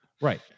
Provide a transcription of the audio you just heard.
right